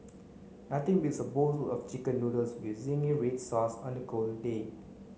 nothing beats a bowls of chicken noodles with zingy red sauce on a cold day